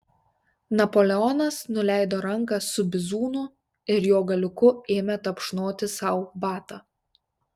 napoleonas nuleido ranką su bizūnu ir jo galiuku ėmė tapšnoti sau batą